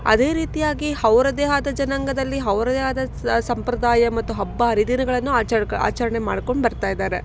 ಅದೇ ರೀತಿಯಾಗಿ ಅವ್ರದ್ದೇ ಆದ ಜನಾಂಗದಲ್ಲಿ ಅವ್ರ್ದೆ ಆದ ಸ ಸಂಪ್ರದಾಯ ಮತ್ತು ಹಬ್ಬ ಹರಿದಿನಗಳನ್ನು ಆಚರ್ಕ ಆಚರಣೆ ಮಾಡ್ಕೊಂಡು ಬರ್ತಾ ಇದ್ದಾರೆ